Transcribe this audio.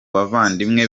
bavandimwe